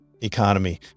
Economy